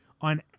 on